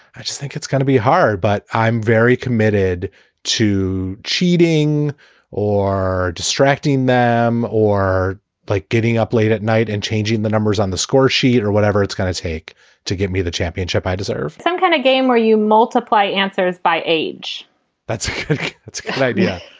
i just think it's gonna be hard but i'm very committed to cheating or distracting them or like getting up late at night and changing the numbers on the score sheet or whatever it's gonna take to get me the championship i deserve some kind of game where you multiply answers by age that's a good idea.